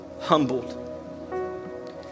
humbled